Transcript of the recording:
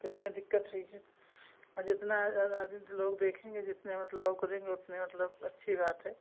तो इसमें दिक्कत हुई है जितना ज़्यादा आदमी तो लोग देखेंगे जितने मतलब और करेंगे उतने मतलब अच्छी बात है